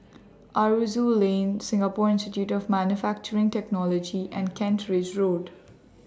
Aroozoo Lane Singapore Institute of Manufacturing Technology and Kent Ridge Road